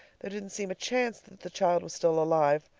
there didn't seem a chance that the child was still alive.